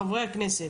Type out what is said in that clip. חברי הכנסת,